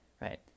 right